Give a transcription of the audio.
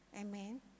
Amen